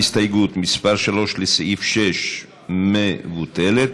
מנואל טרכטנברג,